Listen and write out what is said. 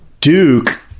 Duke